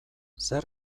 zer